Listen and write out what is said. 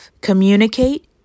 Communicate